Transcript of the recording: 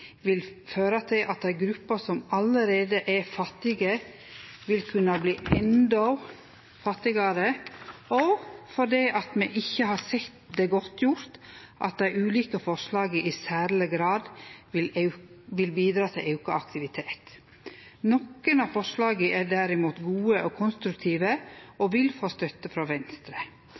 vil føre til at ei gruppe som allereie er fattige, vil kunne verte endå fattigare, og fordi me ikkje har sett det godtgjort at dei ulike forslaga i særleg grad vil bidra til auka aktivitet. Nokre av forslaga er derimot gode og konstruktive og vil få støtte frå Venstre.